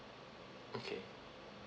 okay